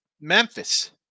Memphis